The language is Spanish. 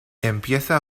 empieza